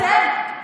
אתם?